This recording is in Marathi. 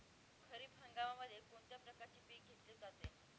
खरीप हंगामामध्ये कोणत्या प्रकारचे पीक घेतले जाते?